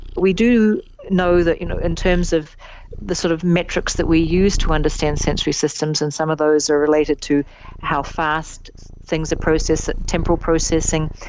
we do know that you know in terms of the sort of metrics that we use to understand sensory systems, and some of those are related to how fast things are processed, temporal processing,